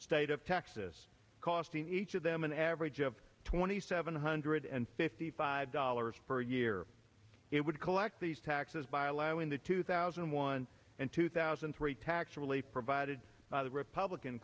state of texas costing each of them an average of twenty seven hundred and fifty five dollars per year it would collect these taxes by allowing the two thousand and one and two thousand and three tax relief provided by the republican